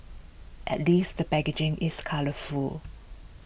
at least the packaging is colourful